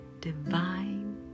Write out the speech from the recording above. divine